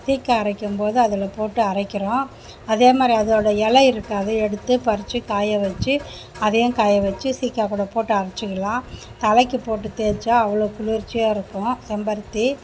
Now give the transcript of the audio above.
சீக்காய் அரைக்கும் போது அதில் போட்டு அரைக்கிறோம் அதேமாதிரி அதோட இல இருக்கு அதை எடுத்து பறிச்சு காய வச்சு அதையும் காய வச்சு சீக்காய் கூட போட்டு அரைச்சிக்கலாம் தலைக்கு போட்டு தேச்சா அவ்வளோ குளிர்ச்சியாக இருக்கும் செம்பருத்தி